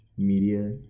media